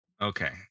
Okay